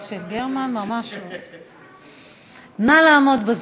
קח גם את שלי.